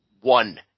one